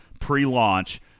pre-launch